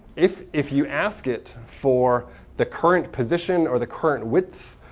if if you ask it for the current position or the current width,